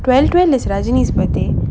twelve twelve is ramsey birthday